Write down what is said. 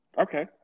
Okay